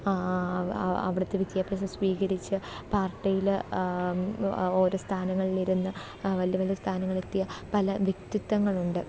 അവിടുത്തെ വിദ്യാഭ്യാസം സ്വീകരിച്ച് പാർട്ടിയിൽ ഓരോ സ്ഥാനങ്ങളിലിരുന്ന് വലിയ വലിയ സ്ഥാനങ്ങളിലെത്തിയ പല വ്യക്തിത്വങ്ങളുണ്ട്